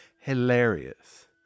hilarious